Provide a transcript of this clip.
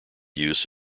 use